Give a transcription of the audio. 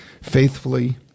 faithfully